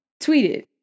tweeted